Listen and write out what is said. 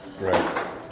Right